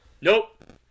Nope